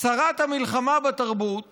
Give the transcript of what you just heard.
שרת המלחמה בתרבות